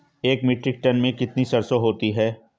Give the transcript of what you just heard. एक metric tonne में कितनी सरसों होती है?